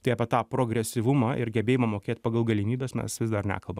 tai apie tą progresyvumą ir gebėjimą mokėt pagal galimybes mes vis dar nekalbam